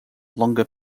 longer